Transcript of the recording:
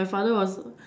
my father was